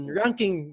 ranking